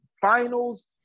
finals